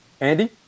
andy